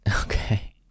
okay